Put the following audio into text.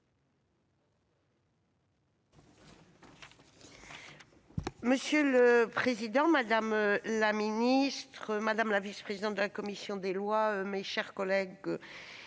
Monsieur le président, monsieur le ministre, madame la vice-présidente de la commission des lois, mes chers collègues,